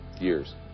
years